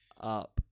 up